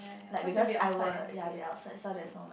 like because I will ya be outside so there is no